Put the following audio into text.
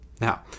Now